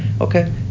Okay